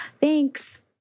Thanks